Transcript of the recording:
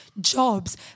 jobs